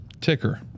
Ticker